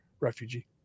refugee